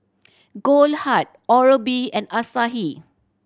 Goldheart Oral B and Asahi